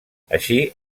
així